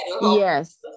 yes